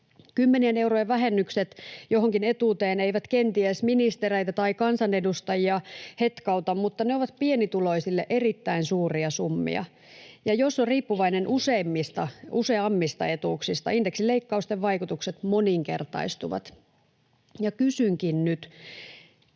Kymmenien eurojen vähennykset johonkin etuuteen eivät kenties ministereitä tai kansanedustajia hetkauta, mutta ne ovat pienituloisille erittäin suuria summia, ja jos on riippuvainen useammista etuuksista, indeksileikkausten vaikutukset moninkertaistuvat. Kysynkin nyt: